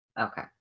Okay